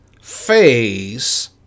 phase